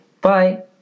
Bye